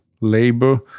labor